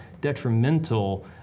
detrimental